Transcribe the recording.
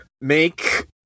make